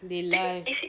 they lie